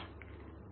H Jfree0